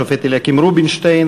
השופט אליקים רובינשטיין,